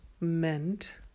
meant